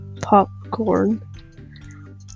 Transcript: popcorn